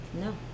No